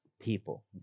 people